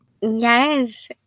Yes